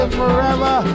forever